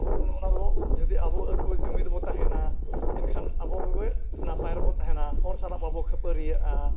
ᱚᱱᱟ ᱫᱚ ᱡᱩᱫᱤ ᱟᱵᱚ ᱟᱠᱚ ᱡᱩᱢᱤᱫ ᱵᱚᱱ ᱛᱟᱦᱮᱱᱟ ᱮᱱᱠᱷᱟᱱ ᱟᱵᱚᱜᱮ ᱱᱟᱯᱟᱭ ᱨᱮᱵᱚᱱ ᱛᱟᱦᱮᱱᱟ ᱦᱚᱲ ᱥᱟᱞᱟᱜ ᱵᱟᱵᱚᱱ ᱠᱷᱟᱹᱯᱟᱹᱨᱤᱭᱟᱜᱼᱟ